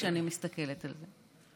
כשאני מסתכלת על זה.